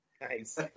Nice